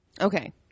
Okay